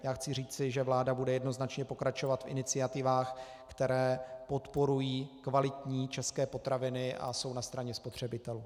Já chci říci, že vláda bude jednoznačně pokračovat v iniciativách, které podporují kvalitní české potraviny a jsou na straně spotřebitelů.